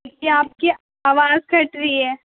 جی آپ کی آواز کٹ رہی ہے